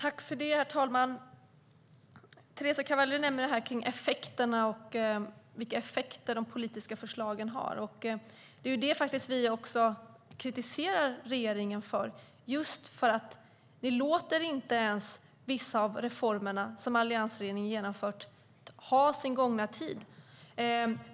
Herr talman! Teresa Carvalho nämner effekterna, vilka effekter de politiska förslagen har. Det är just det vi kritiserar regeringen för: Ni låter inte ens vissa av reformerna som alliansregeringen genomfört ha sin gilla gång.